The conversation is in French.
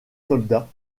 soldats